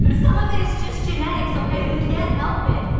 but some of it is just genetics, okay, we can't help it.